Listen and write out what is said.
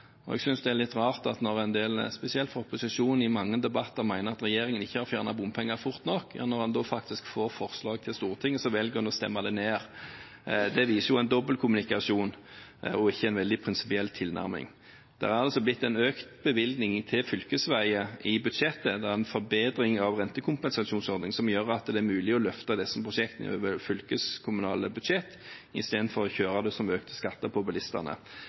Jeg synes det er litt rart når en del, spesielt fra opposisjonen i mange debatter, mener at regjeringen ikke har fjernet bompenger fort nok, at en da, når en faktisk får forslag til Stortinget, velger å stemme det ned. Det viser en dobbeltkommunikasjon og ikke en veldig prinsipiell tilnærming. Det er en økt bevilgning til fylkesveier i budsjettet. Det er en forbedring av rentekompensasjonsordningen, som gjør at det er mulig å løfte disse prosjektene over fylkeskommunale budsjetter i stedet for å kjøre det som økte skatter for bilistene.